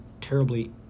terribly